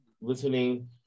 listening